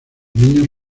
niños